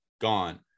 gone